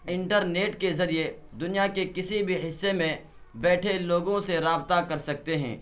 inter net کے ذریعے دنیا کے کسی بھی حصے میں بیٹھے لوگوں سے رابطہ کر سکتے ہیں